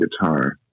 guitar